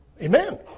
Amen